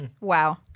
Wow